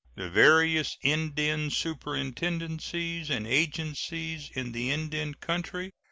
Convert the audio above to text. the various indian superintendencies and agencies in the indian country,